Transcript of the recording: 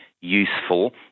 useful